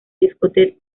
discoteca